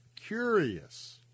curious